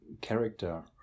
Character